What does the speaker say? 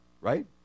right